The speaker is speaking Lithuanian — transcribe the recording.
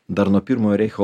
dar nuo pirmojo reicho